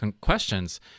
questions